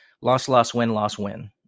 loss-loss-win-loss-win